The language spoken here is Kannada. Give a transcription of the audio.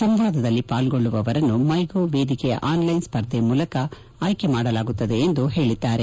ಸಂವಾದದಲ್ಲಿ ಪಾಲ್ಗೊಳ್ಳುವವರನ್ನು ಮೈ ಗೌ ವೇದಿಕೆಯ ಆನ್ಲೈನ್ ಸ್ಪರ್ಧೆ ಮೂಲಕ ಆಯ್ಲೆ ಮಾಡಲಾಗುತ್ತದೆ ಎಂದು ಹೇಳಿದ್ದಾರೆ